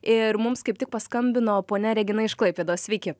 ir mums kaip tik paskambino ponia regina iš klaipėdos sveiki